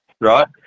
Right